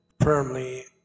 firmly